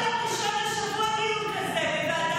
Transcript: אבל ביום ראשון השבוע היה דיון כזה בוועדת,